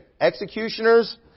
Executioners